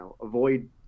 avoid